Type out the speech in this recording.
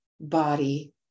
body